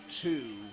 two